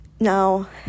Now